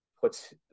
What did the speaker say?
puts –